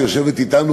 שיושבת אתנו,